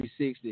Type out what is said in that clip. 360